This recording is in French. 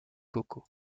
coco